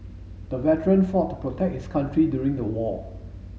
the veteran fought to protect his country during the war